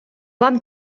вам